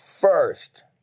first